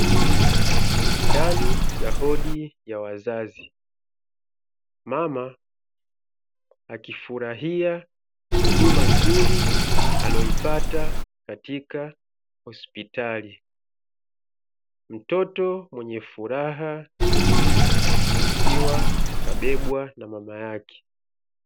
Ndani ya hodi ya wazazi mama akifurahia huduma nzuri aloipata katika hospitali, mtoto mwenye furaha akiwa kabebwa na mama yake.